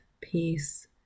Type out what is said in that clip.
peace